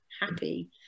happy